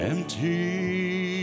Empty